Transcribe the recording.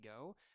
go